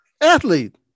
athlete